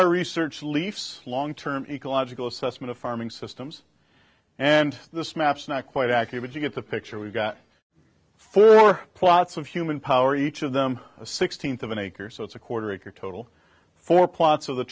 our research leafs long term ecological assessment of farming systems and this maps not quite accurate you get the picture we've got for our plots of human power each of them a sixteenth of an acre so it's a quarter acre total four plots of the